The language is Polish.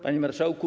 Panie Marszałku!